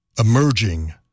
emerging